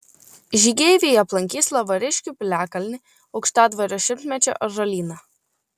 žygeiviai aplankys lavariškių piliakalnį aukštadvario šimtmečio ąžuolyną